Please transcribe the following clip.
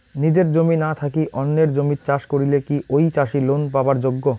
নিজের জমি না থাকি অন্যের জমিত চাষ করিলে কি ঐ চাষী লোন পাবার যোগ্য?